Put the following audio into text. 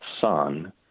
son